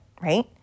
right